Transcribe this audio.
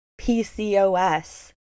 PCOS